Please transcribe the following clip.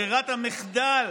ברירת המחדל,